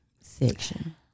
section